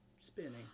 spinning